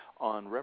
on